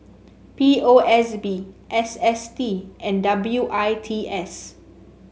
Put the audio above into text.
P O S B S S T and W I T S